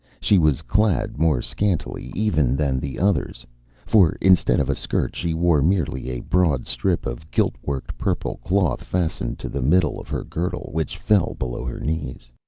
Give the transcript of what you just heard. she was clad more scantily even than the others for instead of a skirt she wore merely a broad strip of gilt-worked purple cloth fastened to the middle of her girdle which fell below her knees.